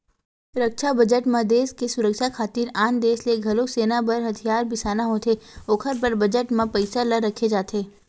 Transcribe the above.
रक्छा बजट म देस के सुरक्छा खातिर आन देस ले घलोक सेना बर हथियार बिसाना होथे ओखर बर बजट म पइसा ल रखे जाथे